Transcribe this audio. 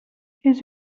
his